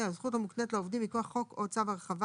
הזכות המוקנית לעובדים מכוח חוק או צו הרחבה,